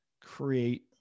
create